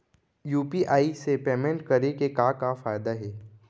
UPI से payment करे के का का फायदा हे?